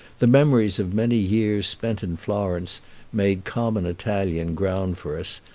the memories of many years spent in florence made common italian ground for us,